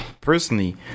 personally